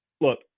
look